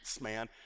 man